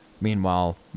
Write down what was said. Meanwhile